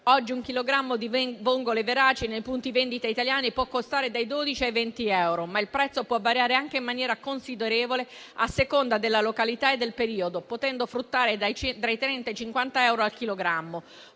Oggi un chilogrammo di vongole veraci nei punti vendita italiani può costare dai 12 ai 20 euro, ma il prezzo può variare anche in maniera considerevole a seconda della località e del periodo, potendo fruttare dai 30 ai 50 euro al chilogrammo;